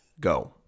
Go